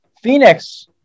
Phoenix